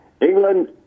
England